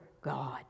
God